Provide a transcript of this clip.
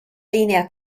linea